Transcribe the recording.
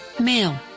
male